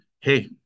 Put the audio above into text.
hey